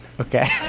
Okay